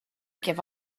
give